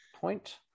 point